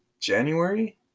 January